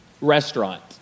restaurant